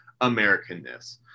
Americanness